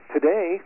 Today